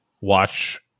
watch